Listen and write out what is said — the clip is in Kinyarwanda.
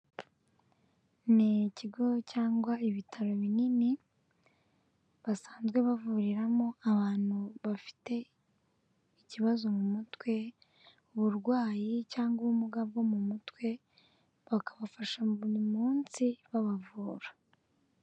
Ni ikigo cyangwa ibitaro binini basanzwe bavuriramo abantu bafite ikibazo mu mutwe, uburwayi cyangwa ubumuga bwo mu mutwe bakabafasha buri munsi babavura.